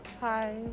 hi